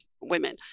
women